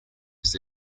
was